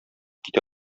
китә